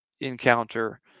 encounter